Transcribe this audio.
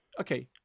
Okay